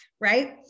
right